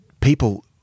people